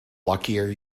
luckier